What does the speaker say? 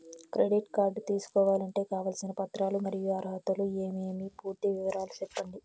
Credit card తీసుకోవాలంటే కావాల్సిన పత్రాలు మరియు అర్హతలు ఏమేమి పూర్తి వివరాలు సెప్పండి?